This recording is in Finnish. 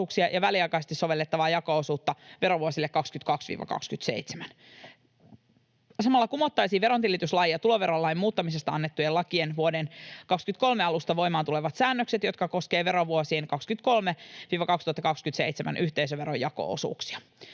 ja väliaikaisesti sovellettavaa jako-osuutta verovuosille 22—27. Samalla kumottaisiin verontilityslain ja tuloverolain muuttamisesta annettujen lakien vuoden 23 alusta voimaan tulevat säännökset, jotka koskevat verovuosien 2023–2027 yhteisöveron jako-osuuksia.